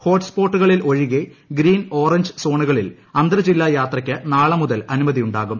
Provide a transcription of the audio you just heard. ഹ്ലോട്ട് സ്പോട്ടുകളിൽ ഒഴികെ green orange സോണുകളിൽ അന്തർജില്ലാ് യാത്രക്ക് നാളെ മുതൽ അനുമതി ഉണ്ടാകും